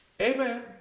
amen